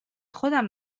خودم